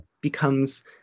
becomes